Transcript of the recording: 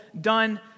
done